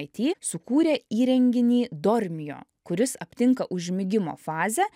it sukūrė įrenginį dormio kuris aptinka užmigimo fazę